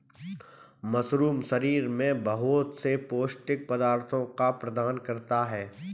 mushroom शरीर में बहुत से पौष्टिक पदार्थों को प्रदान करता है